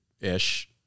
ish